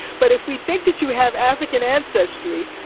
but if we think that you have african ancestry,